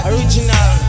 Original